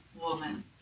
woman